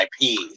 IP